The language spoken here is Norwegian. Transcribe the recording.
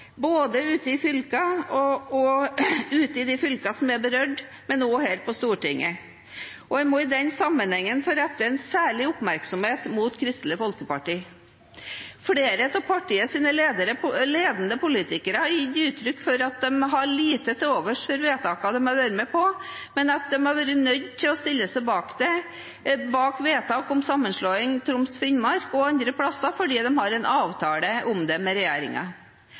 både ute i de fylkene som er berørt, og her på Stortinget. Jeg må i den sammenhengen få rette en særlig oppmerksomhet mot Kristelig Folkeparti. Flere av partiets ledende politikere har gitt uttrykk for at de har lite til overs for vedtakene de har vært med på, men at de har sett seg nødt til å stille seg bak vedtak om sammenslåing av Troms og Finnmark og andre steder fordi de har en avtale om det med